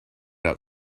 out